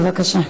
בבקשה.